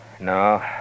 No